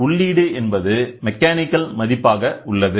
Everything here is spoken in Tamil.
எனவே உள்ளீடு என்பது மெக்கானிக்கல் மதிப்பாக உள்ளது